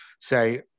say